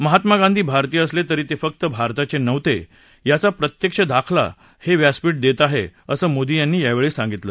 महात्मा गांधी भारतीय असले तरी ते फक्त भारताचे नव्हते याचा प्रत्यक्ष दाखला हे व्यासपीठ देत आहे असं मोदी यांनी यावेळी सांगितलं